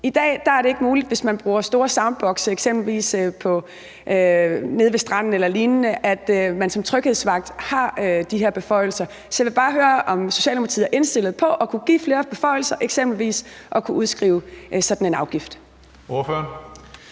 I dag er det ikke muligt, hvis der bliver brugt store soundbokse eksempelvis nede ved stranden eller lignende, at man som tryghedsvagter har de her beføjelser. Så jeg vil bare høre, om Socialdemokratiet er indstillet på at give flere beføjelser, eksempelvis til at kunne udskrive sådan en afgift. Kl.